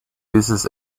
uses